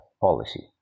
policy